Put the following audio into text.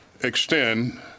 extend